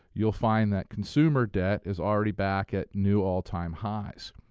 you'll find that consumer debt is already back at new all-time highs,